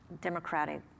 Democratic